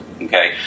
Okay